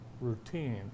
routine